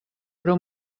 però